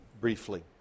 briefly